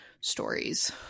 stories